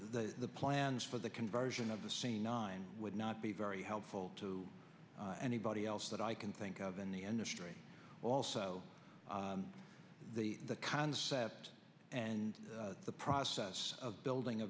the plans for the conversion of the scene nine would not be very helpful to anybody else that i can think of in the end also the concept and the process of building a